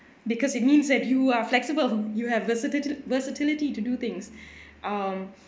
because it means that you are flexible you have versati~ versatility to do things um